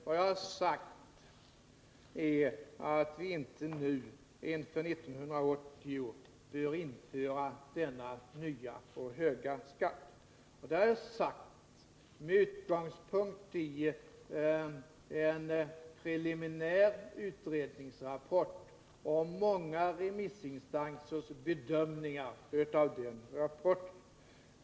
Vad jag sagt om promsen är att vi inte nu inför år 1980 bör införa denna nya och höga skatt. Jag sade detta med utgångspunkt i en preliminär utredningsrapport och många remissinstansers bedömningar av den rapporten.